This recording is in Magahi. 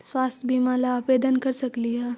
स्वास्थ्य बीमा ला आवेदन कर सकली हे?